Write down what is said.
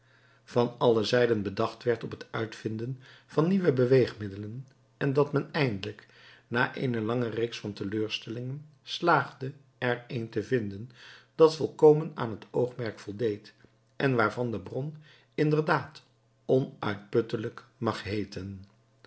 van alle zijden bedacht werd op het uitvinden van nieuwe beweegmiddelen en dat men eindelijk na eene lange reeks van teleurstellingen slaagde er een te vinden dat volkomen aan het oogmerk voldeed en waarvan de bron inderdaad onuitputtelijk mag heeten